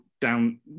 down